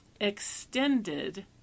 extended